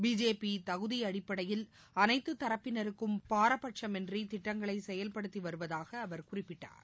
பிஜேபிதகுதிஅடிப்படையில் அனைத்துதரப்பினருக்கும் பாரபட்சமின்றிதிட்டங்களைசெயல்படுத்திவருவதாகஅவர் குறிப்பிட்டார்